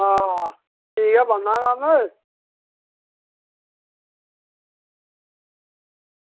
हां भी गै बनना कम्म